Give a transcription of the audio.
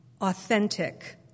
authentic